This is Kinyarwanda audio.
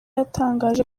yatangaje